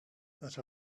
that